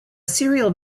cereal